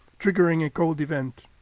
triggering a cold event.